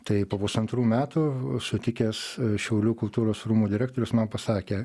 tai po pusantrų metų sutikęs šiaulių kultūros rūmų direktorius man pasakė